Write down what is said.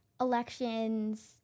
elections